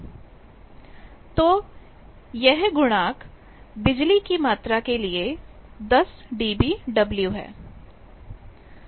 10 log10 dBW 10 dBW तो यह गुणांक बिजली की मात्रा के लिए है यह 10 dBw है